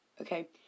Okay